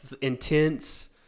intense